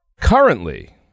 Currently